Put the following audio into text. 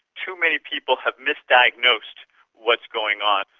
too many people have misdiagnosed what's going on.